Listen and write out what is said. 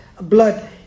blood